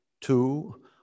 two